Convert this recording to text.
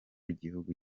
igihugu